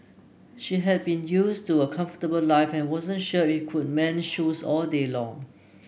she had been used to a comfortable life and wasn't sure could mend shoes all day long